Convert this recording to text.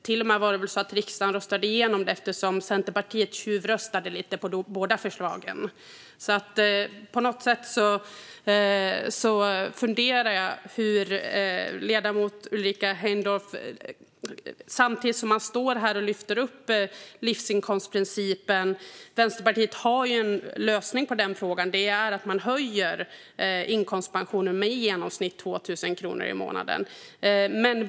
Riksdagens röstade väl till och med igenom det eftersom Centerpartiet tjuvröstade på båda förslagen. Apropå livsinkomstprincipen har Vänsterpartiet en lösning på det, och den är att man höjer inkomstpensionen med i genomsnitt 2 000 kronor i månaden.